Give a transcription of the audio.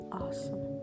awesome